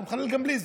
הוא מחלל גם בלי זה.